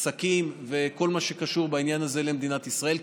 ועסקים וכל מה שקשור בעניין הזה למדינת ישראל.